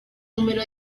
número